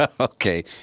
Okay